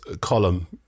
column